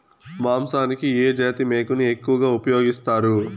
మాంసానికి ఏ జాతి మేకను ఎక్కువగా ఉపయోగిస్తారు?